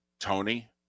Tony